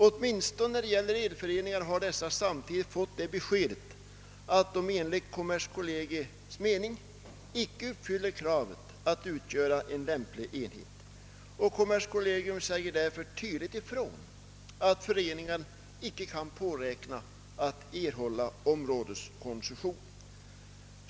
Åtminstone elföreningarna har samtidigt fått besked om att de enligt kommerskollegii mening inte uppfyller kravet att utgöra en lämplig enhet. Kommerskollegium säger därför tydligt ifrån, att föreningar inte kan påräkna att erhålla områdeskoncession.